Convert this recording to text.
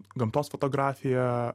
gamtos fotografija